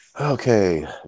Okay